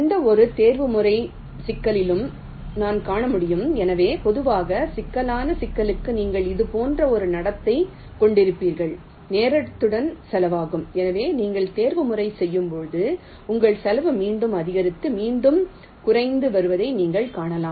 எந்தவொரு தேர்வுமுறை சிக்கலிலும் நான் காண முடியும் எனவே பொதுவாக சிக்கலான சிக்கலுக்கு நீங்கள் இதுபோன்ற ஒரு நடத்தை கொண்டிருப்பீர்கள் நேரத்துடன் செலவாகும் எனவே நீங்கள் தேர்வுமுறை செய்யும்போது உங்கள் செலவு மீண்டும் அதிகரித்து மீண்டும் குறைந்து வருவதை நீங்கள் காணலாம்